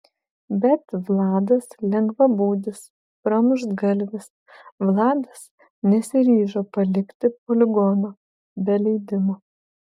bet vladas lengvabūdis pramuštgalvis vladas nesiryžo palikti poligono be leidimo